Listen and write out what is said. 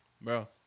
bro